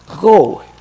Go